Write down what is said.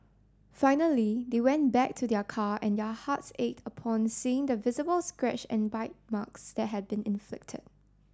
finally they went back to their car and their hearts ached upon seeing the visible scratch and bite marks that had been inflicted